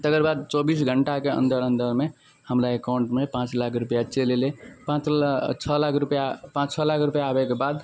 तकर बाद चौबिस घण्टाके अन्दर अन्दरमे हमरा एकाउण्टमे पाँच लाख रुपैआ चलि अएलै पाँच लाख छओ लाख रुपैआ पाँच छओ लाख रुपैआ आबैके बाद